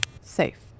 Safe